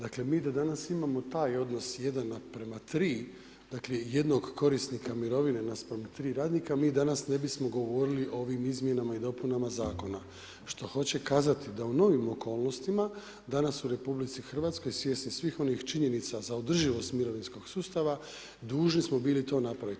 Dakle mi do danas imamo taj odnos 1:3, dakle jednog korisnika mirovine naspram 3 radnika, mi danas ne bismo govorili o ovim izmjenama i dopunama zakona što hoće kazati da u novim okolnostima, danas u RH, svjesni svih onih činjenica za održivost mirovinskog sustava, dužni smo bili to napraviti.